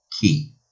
key